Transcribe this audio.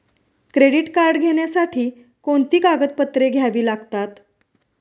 Credit card घेण्यासाठी कोणती कागदपत्रे घ्यावी लागतात?